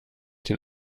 den